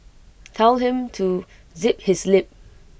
tell him to zip his lip